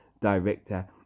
director